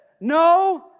no